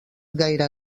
gaire